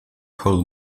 coal